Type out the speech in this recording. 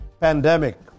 pandemic